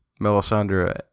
Melisandre